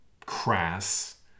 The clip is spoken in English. crass